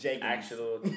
Actual